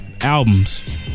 Albums